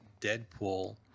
Deadpool